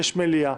יש מליאה.